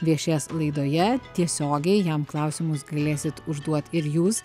viešės laidoje tiesiogiai jam klausimus galėsit užduot ir jūs